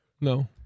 No